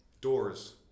Doors